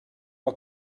pas